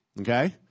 Okay